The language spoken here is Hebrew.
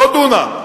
לא דונם,